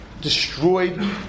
destroyed